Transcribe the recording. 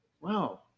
Wow